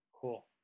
Cool